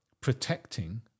protecting